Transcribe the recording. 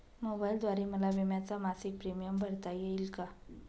मोबाईलद्वारे मला विम्याचा मासिक प्रीमियम भरता येईल का?